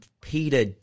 Peter